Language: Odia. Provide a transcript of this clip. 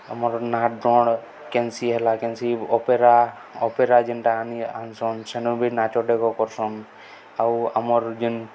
ଆମର୍ ନାଟ୍ ଡଣ୍ କେନ୍ସି ହେଲା କେନ୍ସି ଅପେରା ଅପେରା ଯେନ୍ଟା ଆନି ଆନ୍ସନ୍ ସେନୁ ବି ନାଚଡେଗ କର୍ସନ୍ ଆଉ ଆମର୍ ଯେନ୍